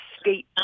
state